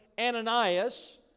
Ananias